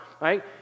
right